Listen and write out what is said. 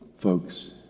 Folks